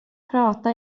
prata